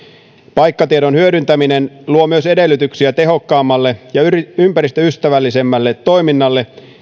paikkatiedon hyödyntäminen luo myös edellytyksiä tehokkaammalle ja ympäristöystävällisemmälle toiminnalle